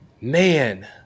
Man